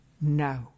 No